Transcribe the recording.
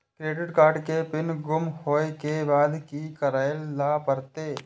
Credit card के PIN गुम होय के बाद की करै ल परतै?